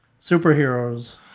superheroes